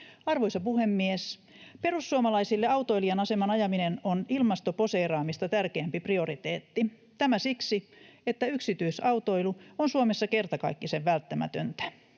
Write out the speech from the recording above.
Arvoisa puhemies! Perussuomalaisille autoilijan aseman ajaminen on ilmastoposeeraamista tärkeämpi prioriteetti. Tämä siksi, että yksityisautoilu on Suomessa kertakaikkisen välttämätöntä.